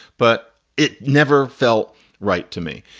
but it never felt right to me.